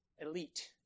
elite